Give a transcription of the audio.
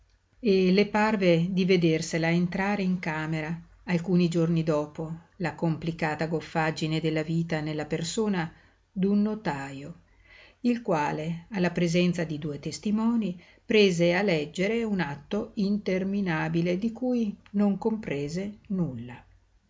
e le parve di vedersela entrare in camera alcuni giorni dopo la complicata goffaggine della vita nella persona d'un notajo il quale alla presenza di due testimonii prese a leggere un atto interminabile di cui non comprese nulla